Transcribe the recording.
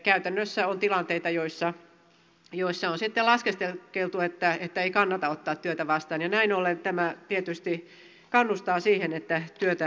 käytännössä on tilanteita joissa on sitten laskeskeltu että ei kannata ottaa työtä vastaan ja näin ollen tämä tietysti kannustaa siihen että työtä vastaanotetaan